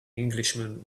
englishman